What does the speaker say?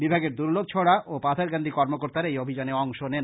বিভাগের দুর্লভছড়া ও পাথারকান্দির কর্মকর্তারা এই অভিযানে অংশ নেন